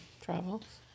travels